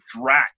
drat